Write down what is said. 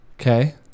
Okay